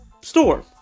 store